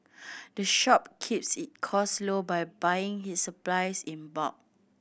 the shop keeps it cost low by buying its supplies in bulk